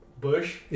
bush